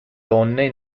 donne